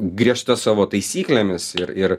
griežta savo taisyklėmis ir ir